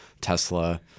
tesla